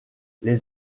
les